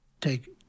take